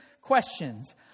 questions